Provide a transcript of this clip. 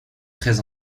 très